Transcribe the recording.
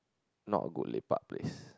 not a good lepak place